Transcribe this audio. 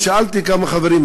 ושאלתי כמה חברים,